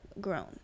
grown